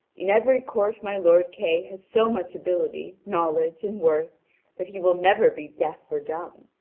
in every court my lord kay has so much ability, knowledge, and worth that he will never be deaf or dumb.